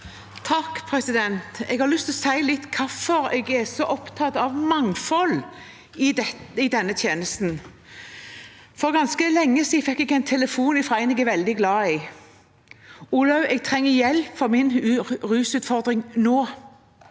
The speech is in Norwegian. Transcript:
har lyst til å si litt om hvorfor jeg er så opptatt av mangfold i denne tjenesten. For ganske lenge siden fikk jeg en telefon fra en jeg er veldig glad i: Olaug, jeg trenger hjelp med min rusutfordring nå